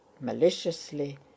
maliciously